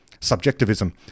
Subjectivism